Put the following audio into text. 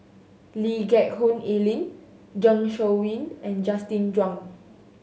Lee Geck Hoon Ellen Zeng Shouyin and Justin Zhuang